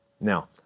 Now